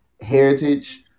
heritage